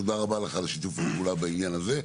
תודה רבה לך על שיתוף הפעולה בעניין הזה.